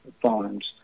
farms